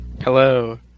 hello